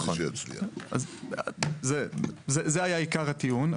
זה היה עיקר הטיעון.